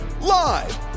live